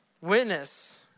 Witness